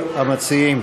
לגיטימית,